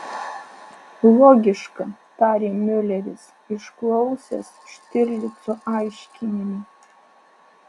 logiška tarė miuleris išklausęs štirlico aiškinimų